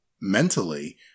mentally